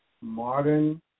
Modern